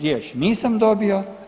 Riječ nisam dobio.